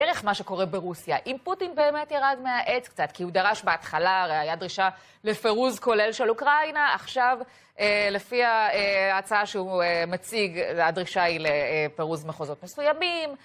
ערך מה שקורה ברוסיה, אם פוטין באמת ירד מהעץ קצת, כי הוא דרש בהתחלה, הרי הייתה דרישה לפירוז כולל של אוקראינה, עכשיו, לפי ההצעה שהוא מציג, הדרישה היא לפירוז מחוזות מסוימים.